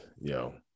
yo